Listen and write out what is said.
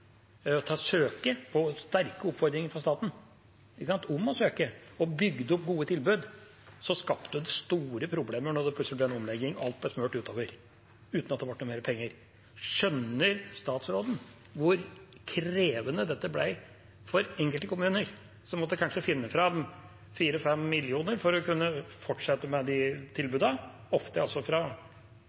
til å søke, på sterk oppfordring fra staten, og bygd opp gode tilbud, skapte det store problemer når det plutselig ble en omlegging og alt ble smurt utover uten at det ble mer penger. Skjønner statsråden hvor krevende dette ble for enkelte kommuner, som kanskje måtte finne fram 4–5 mill. kr for å kunne fortsette med de tilbudene, ofte også fra